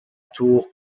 tour